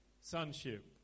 sonship